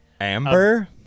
Amber